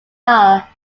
are